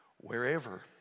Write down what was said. wherever